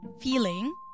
feeling